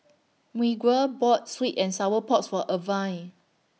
Miguel bought Sweet and Sour Porks For Irvine